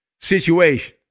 situation